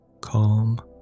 Calm